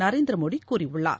நரேந்திர மோடி கூறியுள்ளார்